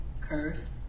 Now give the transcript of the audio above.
curse